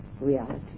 reality